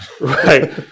right